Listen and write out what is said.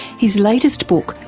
his latest book,